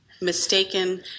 mistaken